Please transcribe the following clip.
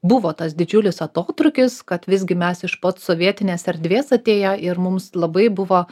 buvo tas didžiulis atotrūkis kad visgi mes iš pat sovietinės erdvės atėję ir mums labai buvo